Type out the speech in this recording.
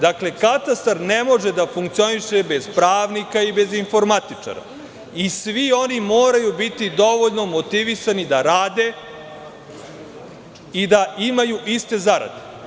Dakle, katastar ne može da funkcioniše bez pravnika i bez informatičara i svi oni moraju biti dovoljno motivisani da rade i da imaju iste zarade.